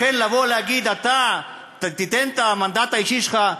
לכן לבוא ולהגיד: תיתן את המנדט האישי שלך,